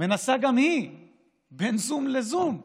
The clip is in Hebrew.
ומנסה גם היא בין זום לזום לתמרן,